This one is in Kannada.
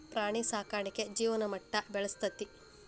ಪ್ರಾಣಿ ಸಾಕಾಣಿಕೆ ಜೇವನ ಮಟ್ಟಾ ಬೆಳಸ್ತತಿ